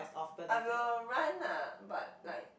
I will run ah but like